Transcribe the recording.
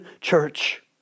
Church